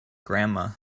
grandma